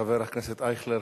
חבר הכנסת אייכלר,